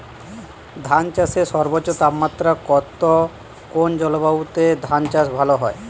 ধান চাষে সর্বোচ্চ তাপমাত্রা কত কোন জলবায়ুতে ধান চাষ ভালো হয়?